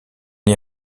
est